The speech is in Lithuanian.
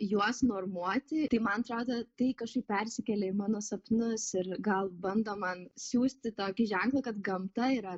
juos normuoti tai man atrodo tai kažkaip persikėlė į mano sapnus ir gal bando man siųsti tokį ženklą kad gamta yra